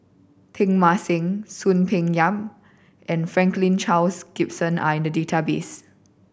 Teng Mah Seng Soon Peng Yam and Franklin Charles Gimson are in the database